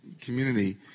community